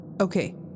Okay